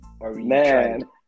Man